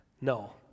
No